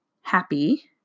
happy